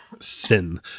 sin